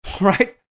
right